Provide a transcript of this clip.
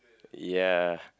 ya